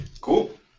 Cool